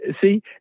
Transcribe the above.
see